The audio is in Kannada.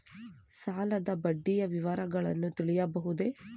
ಸಾಲದ ಬಡ್ಡಿಯ ವಿವರಗಳನ್ನು ತಿಳಿಯಬಹುದೇ?